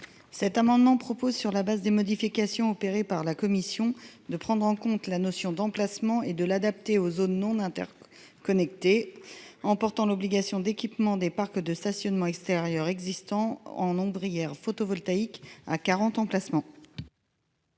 Cet amendement propose, sur la base des modifications opérées par la commission de prendre en compte la notion d'emplacement et de l'adapter aux zones non internautes connectés en portant l'obligation d'équipement des parcs de stationnement extérieur existants en nombre hier photovoltaïque à 40 emplacements.